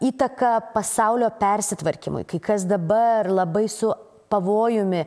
įtaka pasaulio persitvarkymui kai kas dabar labai su pavojumi